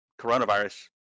coronavirus